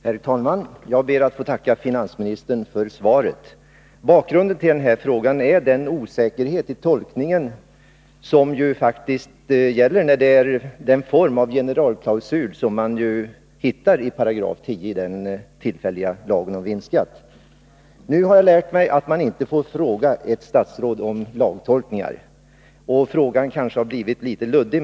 Herr talman! Jag ber att få tacka finansministern för svaret. Bakgrunden till min fråga är osäkerheten om tolkningen av den form av generalklausul som man finner i 10 § i den tillfälliga lagen om vinstskatt. Nu har jag lärt mig att man inte frågar ett statsråd om lagtolkningar, och min fråga är kanske litet luddig.